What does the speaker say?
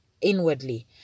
inwardly